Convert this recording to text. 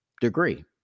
degree